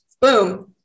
boom